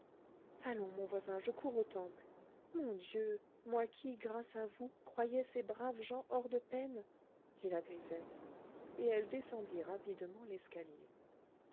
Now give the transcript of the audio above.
allons mon voisin je cours au temple mon dieu moi qui grâce à vous croyais ces braves gens hors de peine dit la grisette et elle descendit rapidement l'escalier